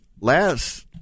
Last